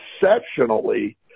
exceptionally